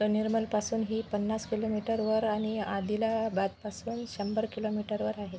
तो निर्मलपासूनही पन्नास किलोमीटरवर आणि आदिलाबादपासून शंभर किलोमीटरवर आहे